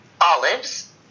olives